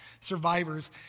survivors